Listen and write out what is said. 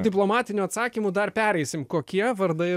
diplomatinių atsakymų dar pereisim kokie vardai